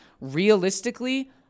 realistically